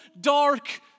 dark